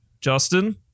justin